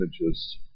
images